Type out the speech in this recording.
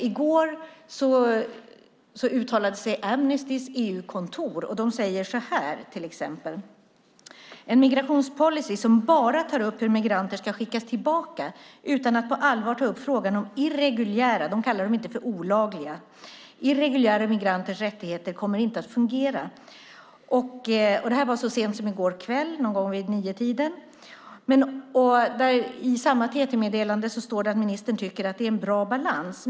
I går uttalade sig Amnestys EU-kontor, och de sade till exempel så här: "En migrationspolicy som endast tar upp hur migranter ska skickas tillbaka, utan att på allvar ta upp frågan om irreguljära" - de kallar dem inte olagliga - "migranters rättigheter, kommer inte att fungera." Det var så sent som i går kväll någon gång vid niotiden. I samma TT-meddelande står det att ministern tycker att det är en bra balans.